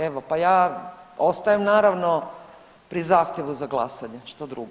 Evo pa ja ostajem naravno pri zahtjevu za glasanje, što drugo.